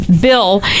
Bill